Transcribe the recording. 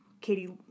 Katie